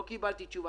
אבל לא קיבלתי תשובה.